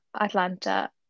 Atlanta